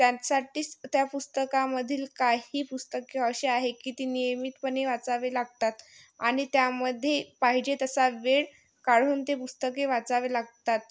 त्याचसाठीच त्या पुस्तकांमधील काही पुस्तकं अशी आहे की ती नियमितपणे वाचावे लागतात आणि त्यामध्ये पाहिजे तसा वेळ काढून ते पुस्तके वाचावे लागतात